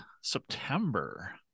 September